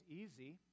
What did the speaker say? easy